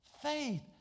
faith